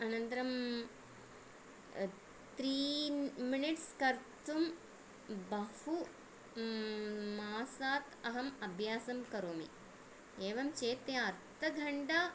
अनन्तरं त्रीन् मिनिट्स् कर्तुं बहु मासात् अहम् अभ्यासं करोमि एवं चेत् ते अर्धघण्टा